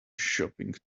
shopping